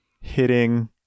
hitting